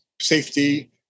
safety